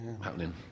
happening